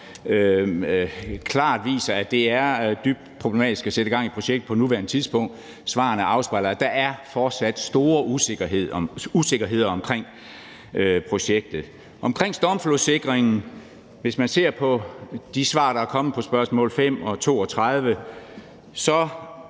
klart viser, at det er dybt problematisk at sætte gang i et projekt på nuværende tidspunkt. Svarene afspejler, at der fortsat er store usikkerheder om projektet. Hvis man ser på de svar, der er kommet på spørgsmål 5 og 32, så